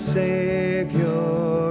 savior